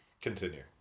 Continue